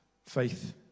Faith